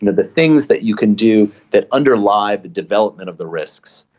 and the things that you can do that underlie the development of the risks.